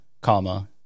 comma